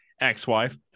ex-wife